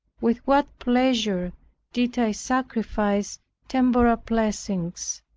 with what pleasure did i sacrifice temporal blessings.